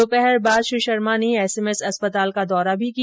दोपहर बाद श्री शर्मा ने एसएमएस अस्पताल का दौरा भी किया